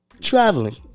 Traveling